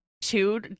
Two